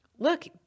Look